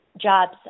jobs